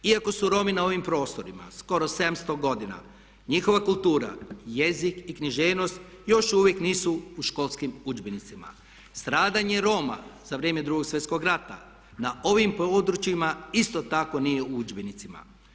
Iako su Romi na ovim prostorima skoro 700 godina. njihova kultura, jezik i književnost još uvijek nisu u školskim udžbenicima, stradanje Roma za vrijeme Drugog svjetskog rata na ovim područjima isto tako nije u udžbenicima.